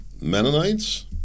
Mennonites